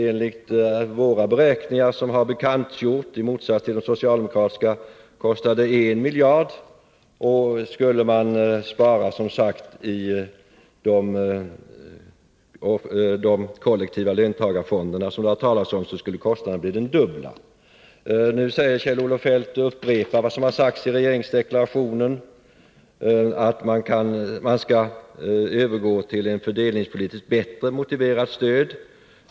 Enligt våra beräkningar som har bekantgjorts, i motsats till de socialdemokratiska, kostar det 1 miljard. Skulle man som sagt spara i de kollektiva löntagarfonderna som det talats om, skulle kostnaden bli den dubbla. Nu upprepar Kjell-Olof Feldt vad som sägs i regeringsdeklarationen, att man skall övergå till ett fördelningspolitiskt bättre motiverat stöd.